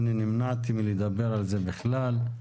אני נמנעתי מלדבר על זה בכלל,